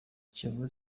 kiyovu